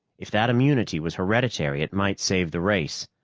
if that immunity was hereditary, it might save the race.